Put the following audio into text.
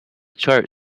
chart